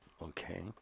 Okay